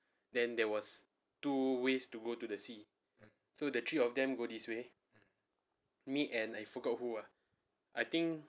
then there was two ways to go to the sea so the three of them go this way me and I forgot who ah I think